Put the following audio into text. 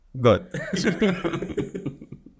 good